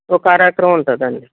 ఒక అర ఎకరం ఉంటుందండి